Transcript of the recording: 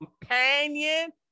companion